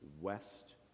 west